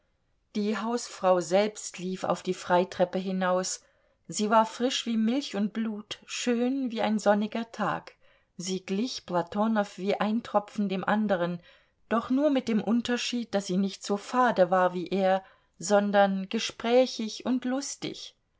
die hausfrau selbst lief auf die freitreppe hinaus sie war frisch wie milch und blut schön wie ein sonniger tag sie glich platonow wie ein tropfen dem anderen doch nur mit dem unterschied daß sie nicht so fade war wie er sondern gesprächig und lustig